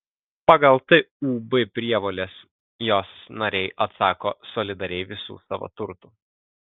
pagal tūb prievoles jos nariai atsako solidariai visu savo turtu